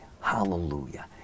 hallelujah